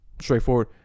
straightforward